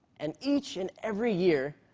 and each and every year,